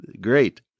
Great